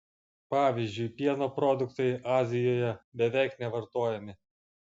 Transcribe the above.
pavyzdžiui pieno produktai azijoje beveik nevartojami